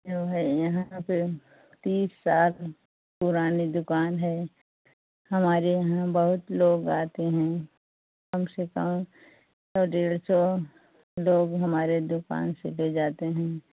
जो है यहाँ का प्रे तीस साल पुरानी दुकान है हमारे यहाँ बहुत लोग आते हैं कम से कम सौ डेढ़ सौ लोग हमारी दुकान से ले जाते हैं